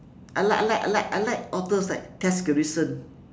I like I like I like I like authors like tess garretson